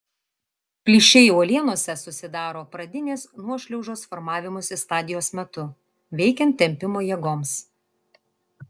plyšiai uolienose susidaro pradinės nuošliaužos formavimosi stadijos metu veikiant tempimo jėgoms